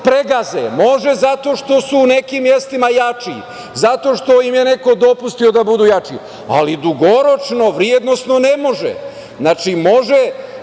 može zato što su u nekim mestima jači, zato što im je neko dopustio da budu jači, ali dugoročno, vrednosno ne može. Znači, može